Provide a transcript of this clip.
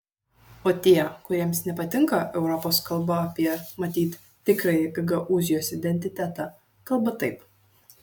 o tie kuriems nepatinka europos kalba apie matyt tikrąjį gagaūzijos identitetą kalba taip